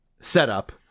setup